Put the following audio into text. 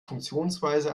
funktionsweise